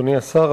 אדוני השר,